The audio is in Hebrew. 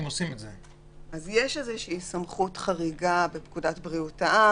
יש איזו סמכות חריגה בפקודת בריאות העם,